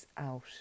out